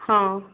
ହଁ